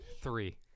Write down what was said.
Three